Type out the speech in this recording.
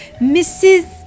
Mrs